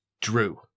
Drew